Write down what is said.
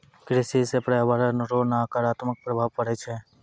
कृषि से प्रर्यावरण रो नकारात्मक प्रभाव पड़ै छै